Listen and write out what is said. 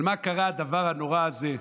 על מה קרה הדבר הנורא הזה.